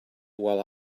while